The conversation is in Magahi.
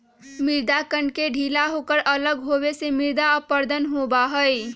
मृदा कण के ढीला होकर अलग होवे से मृदा अपरदन होबा हई